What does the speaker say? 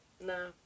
No